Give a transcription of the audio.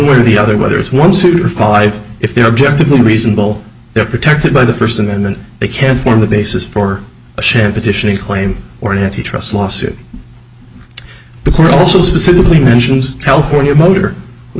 way or the other whether it's one super five if their objective the reasonable they're protected by the first amendment they can form the basis for a share petitioning claim or an antitrust lawsuit the court also specifically mentions california motor which